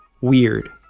Weird